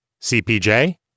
CPJ